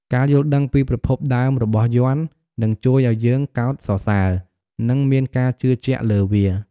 ការយល់ដឹងពីប្រភពដើមរបស់យ័ន្ត នឹងជួយឱ្យយើងកោតសរសើ និងមានការជឿជាក់លើវា។